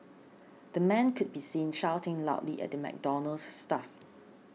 the man could be seen shouting loudly at the McDonald's staff